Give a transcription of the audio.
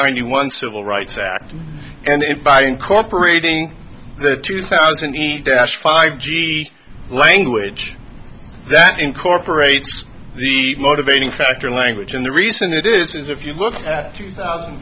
ninety one civil rights act and if i incorporating the two thousand and five g language that incorporates the motivating factor language and the reason it is if you look at two thousand